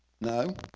No